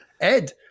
ed